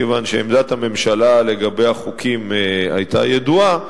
כיוון שעמדת הממשלה לגבי החוקים היתה ידועה.